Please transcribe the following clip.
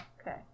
okay